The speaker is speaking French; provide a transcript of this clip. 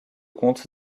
comte